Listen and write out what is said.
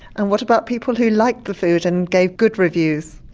and what about people who like the food and gave good reviews?